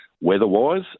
weather-wise